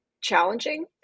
challenging